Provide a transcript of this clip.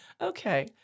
Okay